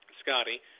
Scotty